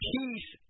peace